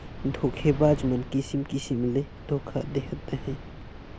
धोखेबाज मन किसिम किसिम ले धोखा देहत अहें